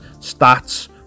stats